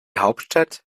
hauptstadt